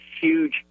huge